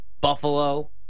Buffalo